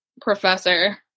professor